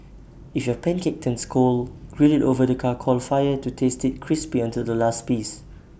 if your pancake turns cold grill IT over the charcoal fire to taste IT crispy until the last piece